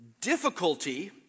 difficulty